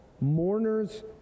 mourners